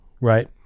right